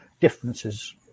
differences